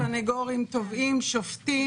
סנגורים, תובעים, שופטים.